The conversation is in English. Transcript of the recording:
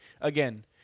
again